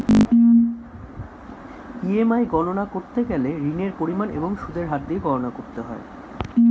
EMI গণনা করতে গেলে ঋণের পরিমাণ এবং সুদের হার দিয়ে গণনা করতে হয়